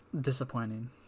Disappointing